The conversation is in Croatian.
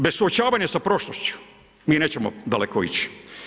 Bez suočavanja sa prošlošću, mi nećemo daleko ići.